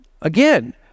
Again